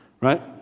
Right